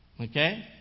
Okay